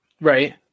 Right